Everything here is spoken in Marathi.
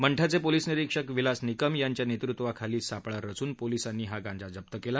मंठ्याचे पोलीस निरीक्षक विलास निकम यांच्या नेतृत्वाखाली सापळा रचून पोलिसांनी हा गांजा जप्त केला